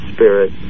Spirit